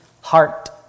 heart